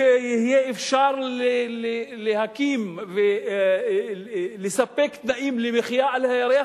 כשיהיה אפשר להקים ולספק תנאים למחיה על הירח,